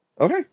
Okay